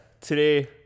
today